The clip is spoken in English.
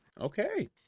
Okay